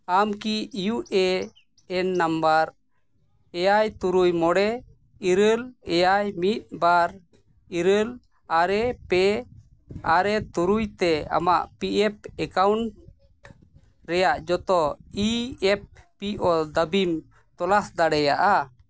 ᱟᱢ ᱠᱤ U A N number ᱮᱭᱟᱭ ᱛᱩᱨᱩᱭ ᱢᱚᱬᱮ ᱤᱨᱟᱹᱞ ᱮᱭᱟᱭ ᱢᱤᱫ ᱵᱟᱨ ᱤᱨᱟᱹᱞ ᱟᱨᱮ ᱯᱮ ᱟᱨᱮ ᱛᱩᱨᱩᱭ ᱛᱮ ᱟᱢᱟᱜ ᱯᱤ ᱮᱯᱷ ᱮᱠᱟᱣᱩᱱᱴ ᱨᱮᱭᱟᱜ ᱡᱚᱛᱚ ᱤ ᱮᱯᱷ ᱯᱤ ᱡᱚᱛᱚ ᱫᱟᱹᱵᱤᱢ ᱛᱚᱞᱟᱥ ᱫᱟᱲᱮᱭᱟᱜᱼᱟ